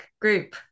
group